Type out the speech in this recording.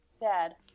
dad